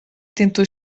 tentou